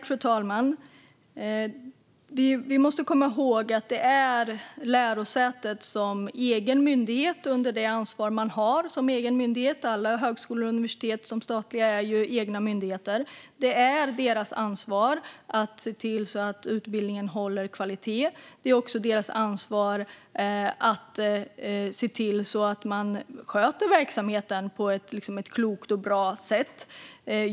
Fru talman! Vi måste komma ihåg att det är lärosätet som egen myndighet - alla statliga högskolor och universitet är ju egna myndigheter - som ansvarar för att se till att utbildningen håller hög kvalitet. Det är också deras ansvar att se till att man sköter verksamheten på ett klokt och bra sätt.